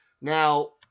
Now